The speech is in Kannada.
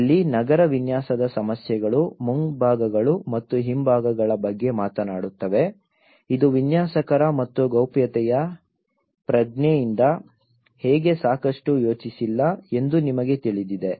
ಇಲ್ಲಿ ನಗರ ವಿನ್ಯಾಸದ ಸಮಸ್ಯೆಗಳು ಮುಂಭಾಗಗಳು ಮತ್ತು ಹಿಂಭಾಗಗಳ ಬಗ್ಗೆ ಮಾತನಾಡುತ್ತವೆ ಇದು ವಿನ್ಯಾಸಕರು ಮತ್ತು ಗೌಪ್ಯತೆಯ ಪ್ರಜ್ಞೆಯಿಂದ ಹೇಗೆ ಸಾಕಷ್ಟು ಯೋಚಿಸಿಲ್ಲ ಎಂದು ನಿಮಗೆ ತಿಳಿದಿದೆ